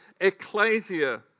ecclesia